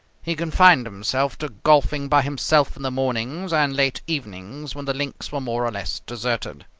he confined himself to golfing by himself in the mornings and late evenings when the links were more or less deserted.